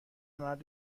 مرد